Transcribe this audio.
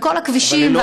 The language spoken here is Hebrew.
וכל הכבישים,